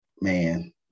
man